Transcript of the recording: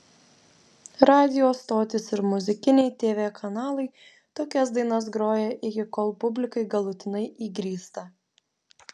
radijo stotys ir muzikiniai tv kanalai tokias dainas groja iki kol publikai galutinai įgrysta